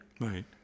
Right